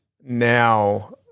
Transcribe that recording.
Now